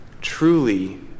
truly